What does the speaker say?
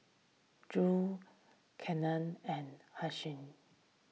Drew Kylene and Hershell